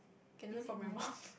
can learn from my mum